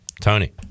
Tony